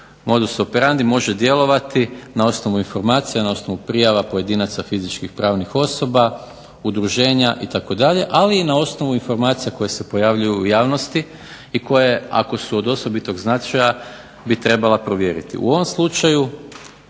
modus operandi, može djelovati na osnovu informacija, na osnovu prijava pojedinaca, fizičkih i pravnih osoba, udruženja itd., ali i na osnovu informacija koje se pojavljuju u javnosti i koje su ako su od osobitog značaja bi trebala provjeriti.